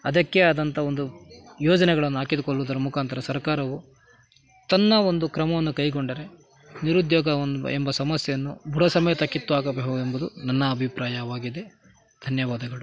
ಅದಕ್ಕೇ ಆದಂಥ ಒಂದು ಯೋಜನೆಗಳನ್ನು ಆಕಿದ್ಕೊಲ್ಲುವುದರ ಮುಖಾಂತರ ಸರ್ಕಾರವು ತನ್ನ ಒಂದು ಕ್ರಮವನ್ನು ಕೈಗೊಂಡರೆ ನಿರುದ್ಯೋಗ ಒಂದು ಎಂಬ ಸಮಸ್ಯೆಯನ್ನು ಬುಡ ಸಮೇತ ಕಿತ್ತು ಹಾಕಬಹುದೆಂಬುದು ನನ್ನ ಅಭಿಪ್ರಾಯವಾಗಿದೆ ಧನ್ಯವಾದಗಳು